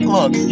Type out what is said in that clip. Look